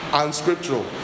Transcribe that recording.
unscriptural